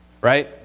right